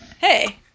Hey